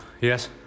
Yes